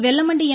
Vellamandi என்